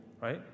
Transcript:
right